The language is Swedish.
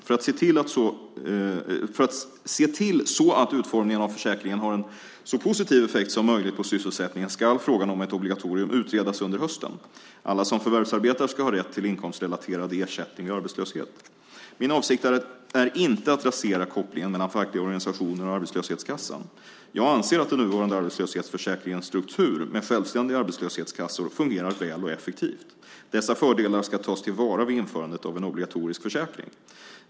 För att se till att utformningen av försäkringen har en så positiv effekt som möjligt på sysselsättningen ska frågan om ett obligatorium utredas under hösten. Alla som förvärvsarbetar ska ha rätt till inkomstrelaterad ersättning vid arbetslöshet. Min avsikt är inte att rasera kopplingen mellan fackliga organisationer och arbetslöshetskassan. Jag anser att den nuvarande arbetslöshetsförsäkringens struktur, med självständiga arbetslöshetskassor, fungerar väl och effektivt. Dessa fördelar ska tas till vara vid införandet av en obligatorisk försäkring.